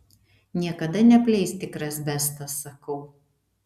niekada neapleis tikras bestas sakau